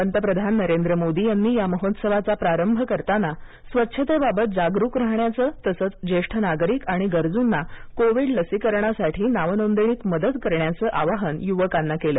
पंतप्रधान नरेंद्र मोदी यांनी या महोत्सवाचा प्रारंभ करताना स्वच्छतेबाबत जागरूक राहण्याचं तसंच ज्येष्ठ नागरिक आणि गरजूंना कोविड लसीकरणासाठी नाव नोंदणीत मदत करण्याचं आवाहन युवकांना केलं